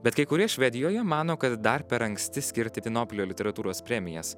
bet kai kurie švedijoje mano kad dar per anksti skirti nobelio literatūros premijas